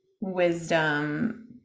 wisdom